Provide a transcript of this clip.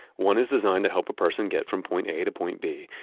one is designed to help a person get from point a to point b,